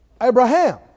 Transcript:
Abraham